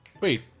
Wait